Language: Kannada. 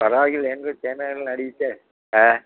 ಪರವಾಗಿಲ್ಲ ಏನುಬೇಕು ಏನೆಲ್ಲ ನಡಿಯುತ್ತೆ ಹಾಂ